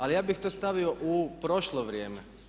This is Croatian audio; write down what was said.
Ali ja bih to stavio u prošlo vrijeme.